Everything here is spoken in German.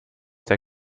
der